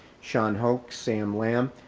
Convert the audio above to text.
shawn hoke, sam lam,